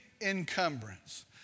encumbrance